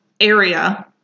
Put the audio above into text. area